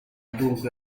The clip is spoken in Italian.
dunque